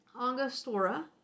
Angostura